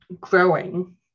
growing